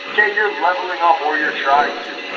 okay, you're leveling up or you're trying to.